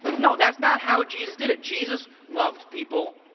no, that's not how jesus did it. jesus loved people